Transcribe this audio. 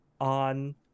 on